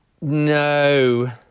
No